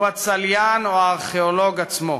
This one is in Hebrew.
הוא הצליין או הארכיאולוג עצמו.